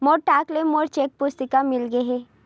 मोला डाक ले मोर चेक पुस्तिका मिल गे हे